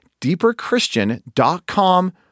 deeperchristian.com